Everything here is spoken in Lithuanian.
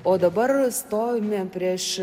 o dabar stovime prieš